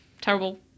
terrible